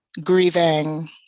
grieving